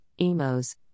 emos